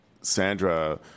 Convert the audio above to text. Sandra